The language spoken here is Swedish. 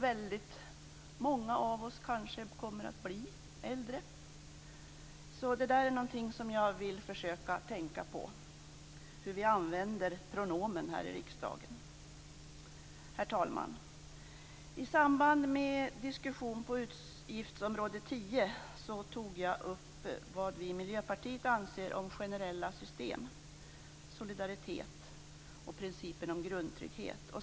Väldigt många av oss kommer att bli äldre. Hur vi använder pronomen här i riksdagen är någonting som jag vill försöka tänka på. Herr talman! I samband med diskussionen om utgiftsområde 10 tog jag upp vad vi i Miljöpartiet anser om generella system, solidaritet och principen om grundtrygghet.